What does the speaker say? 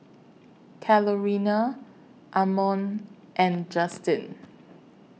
Carolina Ammon and Justyn